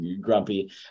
grumpy